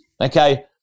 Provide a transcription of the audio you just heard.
Okay